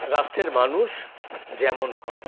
রাষ্ট্রের মানুষ যেমন হয়